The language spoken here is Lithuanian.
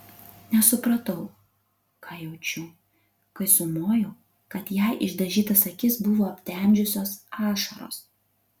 nesupratau ką jaučiu kai sumojau kad jai išdažytas akis buvo aptemdžiusios ašaros